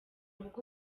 ubwo